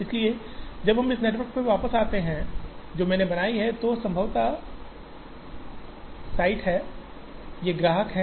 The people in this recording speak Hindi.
इसलिए जब हम इस नेटवर्क पर वापस जाते हैं जो मैंने बनायीं है तो ये संभावित साइट हैं ये ग्राहक हैं